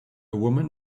woman